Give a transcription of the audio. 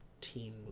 team